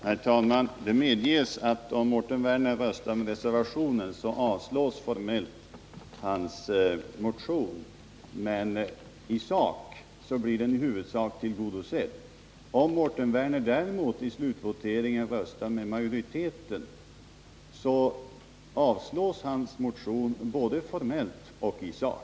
Herr talman! Det medges att om Mårten Werner röstar med reservationen så avslås formellt sett hans motion, men i sak blir den huvudsakligen tillgodosedd. Om Mårten Werner däremot i slutvoteringen röstar med majoriteten så avslås hans motion både formellt och i sak.